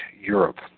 Europe